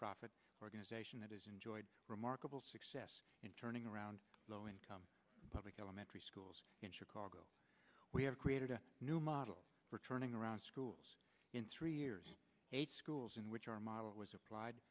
profit organization that has enjoyed a remarkable success in turning around low income public elementary schools in chicago we have created a new model for turning around schools in three years eight schools in which our model was applied